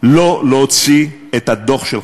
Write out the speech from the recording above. לא להוציא את הדוח שלך,